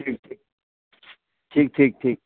ठीक छै ठीक ठीक ठीक